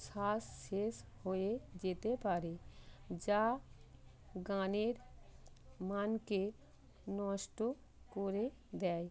শ্বাস শেষ হয়ে যেতে পারে যা গানের মানকে নষ্ট করে দেয়